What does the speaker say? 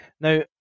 Now